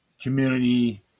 Community